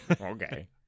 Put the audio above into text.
Okay